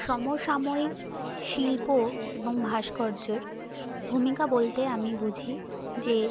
সমসাময়িক শিল্প এবং ভাস্কর্যের ভূমিকা বলতে আমি বুঝি যে